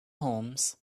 homes